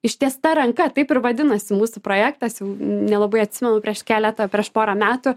ištiesta ranka taip ir vadinasi mūsų projektas jau nelabai atsimenu prieš keletą prieš porą metų